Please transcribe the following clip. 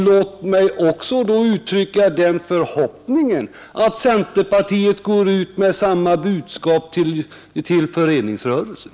Låt mig också uttrycka den förhoppningen att centerpartiet går ut med samma budskap till föreningsrörelsen.